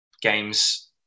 games